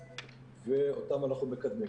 ואותן אנחנו מקדמים.